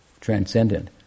transcendent